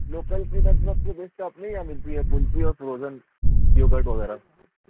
local قیمت میں اب جو بیچتے ہیں اپنے یہاں ملتی ہے کلفی اور فروزن یوگرٹ وغیرہ